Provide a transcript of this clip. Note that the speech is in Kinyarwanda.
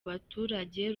abaturage